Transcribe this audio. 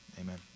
Amen